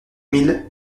mille